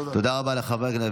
תודה רבה לחבר הכנסת דוד